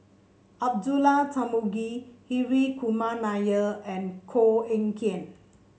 Abdullah Tarmugi Hri Kumar Nair and Koh Eng Kian